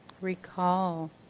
Recall